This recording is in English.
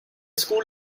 school